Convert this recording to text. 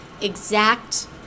exact